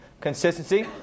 Consistency